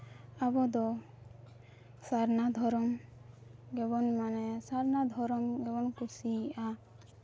ᱟᱵᱚ ᱫᱚ ᱥᱟᱨᱱᱟ ᱫᱷᱚᱨᱚᱢ ᱜᱮᱵᱚᱱ ᱢᱟᱱᱟᱣᱟ ᱥᱟᱨᱱᱟ ᱫᱷᱚᱨᱚᱢ ᱜᱮᱵᱚᱱ ᱠᱩᱥᱤᱭᱟᱜᱼᱟ